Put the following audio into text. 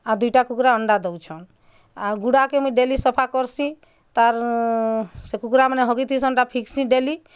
ଆଉ ଦୁଇଟା କୁକୁଡ଼ା ଅଣ୍ଡା ଦଉଛନ୍ ଆଉ ଗୁଡ଼ା କେ ମୁଇଁ ଡେଲି ସଫା କର୍ସି ତାର୍ ସେ କୁକୁଡ଼ା ମାନେ ହଗି ଥିସନ୍ ତାକୁ ଫିକସି ଦେଲି